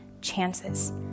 chances